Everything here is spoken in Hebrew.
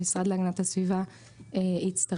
המשרד להגנת הסביבה הצטרף,